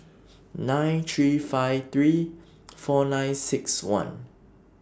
nine three five three four nine six one